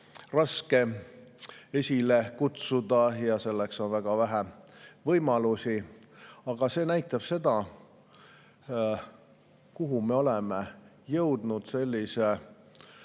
raske esile kutsuda, selleks on väga vähe võimalusi. Aga see näitab seda, kuhu me oleme jõudnud sellise,